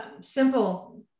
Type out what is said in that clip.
Simple